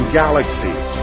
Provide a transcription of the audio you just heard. galaxies